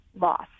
loss